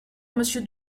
monsieur